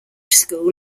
school